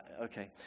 Okay